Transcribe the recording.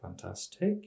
fantastic